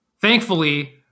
Thankfully